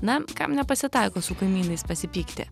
na kam nepasitaiko su kaimynais pasipykti